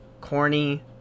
corny